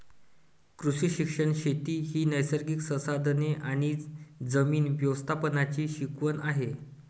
कृषी शिक्षण शेती ही नैसर्गिक संसाधने आणि जमीन व्यवस्थापनाची शिकवण आहे